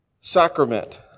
sacrament